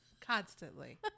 constantly